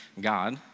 God